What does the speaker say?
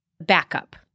backup